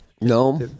no